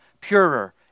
purer